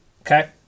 Okay